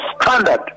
standard